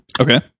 Okay